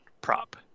prop